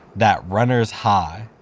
that runner's high.